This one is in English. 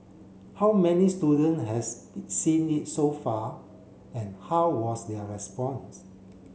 how many student has seen it so far and how was their response